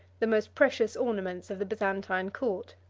the most precious ornaments of the byzantine court.